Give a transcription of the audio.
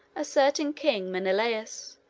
a certain king menelaus,